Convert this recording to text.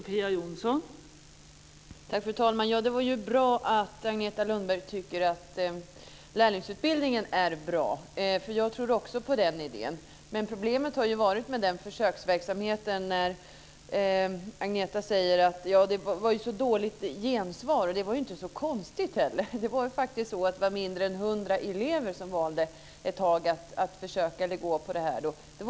Fru talman! Det är bra att Agneta Lundberg tycker att lärlingsutbildningen är bra. Jag tror också på den idén. Agneta säger att försöksverksamheten fått så dåligt gensvar. Det är inte så konstigt. Färre än 100 elever valde under en tid att försöka gå den utbildningen.